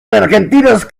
argentinos